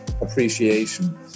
appreciation